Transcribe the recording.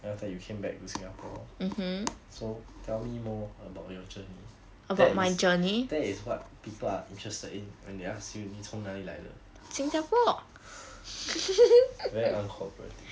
then after that you came back to singapore so tell me more about your journey that is that is what people are interested in when they ask you 你从哪里来的 very uncooperative